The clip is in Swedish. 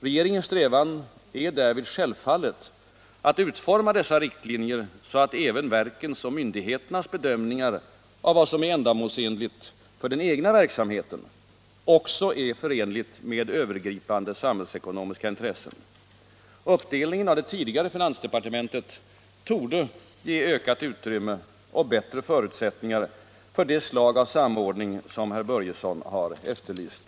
Regeringens strävan är därvid självfallet att utforma dessa riktlinjer så att även verkens och myndigheternas bedömningar av vad som är ändamålsenligt för den egna verksamheten också är förenligt med övergripande samhällsekonomiska intressen. Uppdelningen av det tidigare finansdepartementet torde ge ökat utrymme och bättre förutsättningar för det slag av samordning, som herr Börjesson har efterlyst.